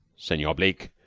senor bleke,